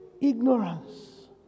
ignorance